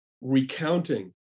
recounting